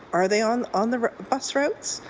are they on on the bus routes?